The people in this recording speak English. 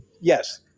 yes